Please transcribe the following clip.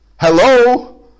Hello